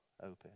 open